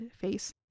face